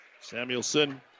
Samuelson